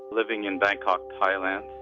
living in bangkok, thailand.